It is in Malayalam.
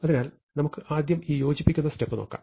അതിനാൽ നമുക്ക് ആദ്യം ഈ യോജിപ്പിക്കുന്ന സ്റ്റെപ്പ് നോക്കാം